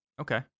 Okay